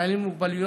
חיילים עם מוגבלויות.